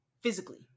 physically